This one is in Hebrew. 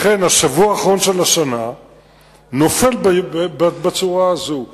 לכן השבוע האחרון של השנה נופל בצורה הזאת.